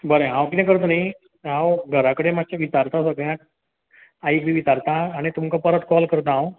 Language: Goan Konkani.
बरें हांव कितें करता न्हय हांव घरा कडेन मात्शें विचारता सगळें आईक बी विचारता आनी तुमकां परत कॉल करता हांव